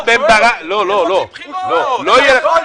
--- בחירות יהיו רעות